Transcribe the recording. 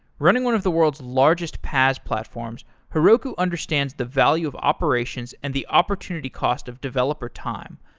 running one of the world's largest paz platforms, heroku understands the value of operations and the opportunity cost of developer time.